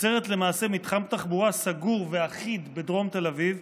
יוצרת למעשה מתחם תחבורה סגור ואחיד בדרום תל אביב,